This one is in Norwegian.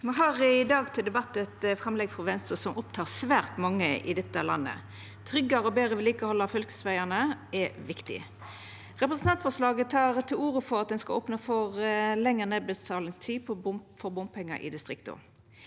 Me har i dag til debatt eit framlegg frå Venstre om eit tema som opptek svært mange i dette landet. Tryggare og betre vedlikehald av fylkesvegane er viktig. Representantforslaget tek til orde for at ein skal opne for lengre nedbetalingstid for bompengar i distrikta.